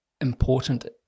important